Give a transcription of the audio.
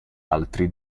altri